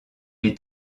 est